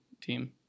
team